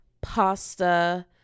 pasta